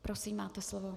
Prosím, máte slovo.